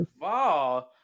Wow